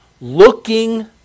looking